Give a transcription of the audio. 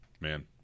Man